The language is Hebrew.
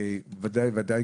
ודאי וודאי